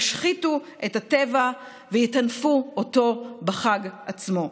ישחיתו את הטבע ויטנפו אותו בחג עצמו?